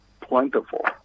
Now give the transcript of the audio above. plentiful